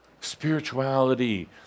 spirituality